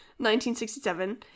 1967